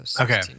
okay